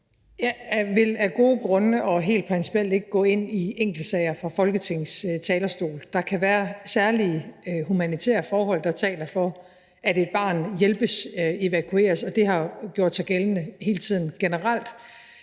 Jeg vil af gode grunde og helt principielt ikke gå ind i enkeltsager fra Folketingets talerstol. Der kan være særlige humanitære forhold, der taler for, at et barn hjælpes, evakueres, og det har gjort sig gældende hele tiden. Generelt